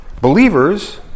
Believers